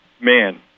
man